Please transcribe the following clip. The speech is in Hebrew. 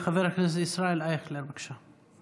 חבר הכנסת ישראל אייכלר, בבקשה.